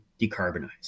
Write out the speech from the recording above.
decarbonize